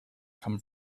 come